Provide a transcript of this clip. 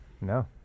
No